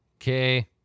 Okay